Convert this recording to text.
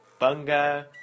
Bunga